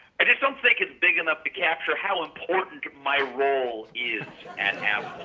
i just don't think it's big enough to capture how important my role is at